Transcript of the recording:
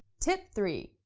tip three,